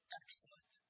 excellent